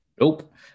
nope